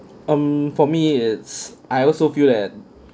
um for me it's I also feel that